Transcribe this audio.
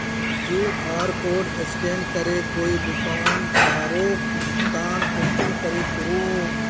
QR code scan करे कोई दुकानदारोक भुगतान कुंसम करे करूम?